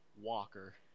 Walker